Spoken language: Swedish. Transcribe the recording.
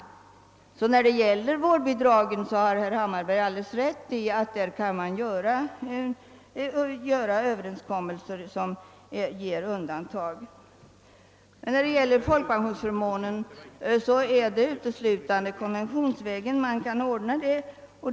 Herr Hammarberg har alltså rätt i att man när det gäller vårdbidrag kan träffa överenskommelse som medger undantag. När det gäller folkpensionsförmåner är konventionsvägen den enda man kan gå.